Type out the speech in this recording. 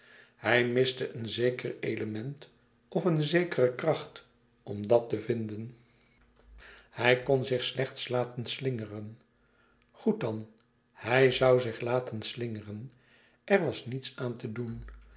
hij miste een zeker element of een zekere kracht om dat te louis couperus extaze een boek van geluk vinden hij kon zich slechts laten slingeren goed dan hij zû zich laten slingeren er was niets aan te doen